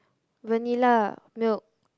vanilla milk